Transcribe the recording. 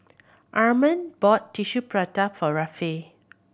Armand bought Tissue Prata for Rafe